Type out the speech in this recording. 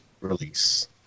release